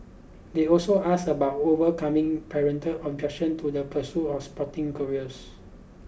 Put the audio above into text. they also asked about overcoming parental objection to the pursuit of sporting careers